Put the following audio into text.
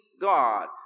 God